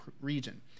region